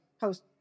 post